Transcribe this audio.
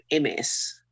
MS